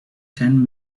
ten